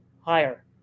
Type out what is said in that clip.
higher